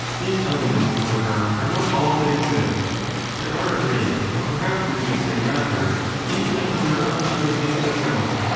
these elements, however, are not all that exists there are a great, or perhaps we should say rather, an infinite number of other things as well,